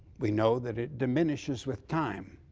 we know that it diminishes with time.